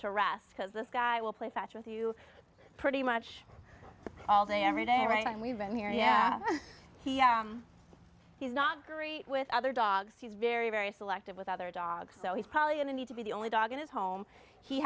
to rest because this guy will play fetch with you pretty much all day every day right on we've been here yeah he's not very with other dogs he's very very selective with other dogs so he's probably in a need to be the only dog in his home he